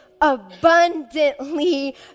abundantly